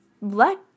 let